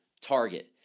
target